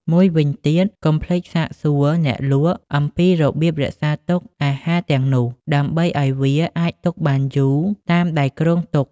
មួយវិញទៀត កុំភ្លេចសាកសួរអ្នកលក់អំពីរបៀបរក្សាទុកអាហារទាំងនោះ ដើម្បីឱ្យវាអាចទុកបានយូរតាមដែលគ្រោងទុក។